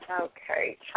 Okay